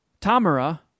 Tamara